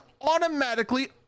automatically